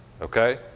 Okay